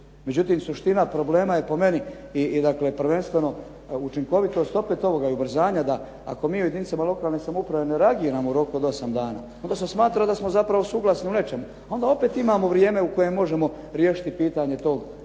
Međutim, suština problema je po meni i prvenstveno učinkovitost opet ovoga i ubrzanja da ako mi u jedinicama lokalne samouprave ne reagiramo u roku od 8 dana, onda se smatra da smo zapravo suglasni u nečemu. Onda opet imamo vrijeme u koje možemo riješiti pitanje tog